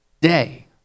day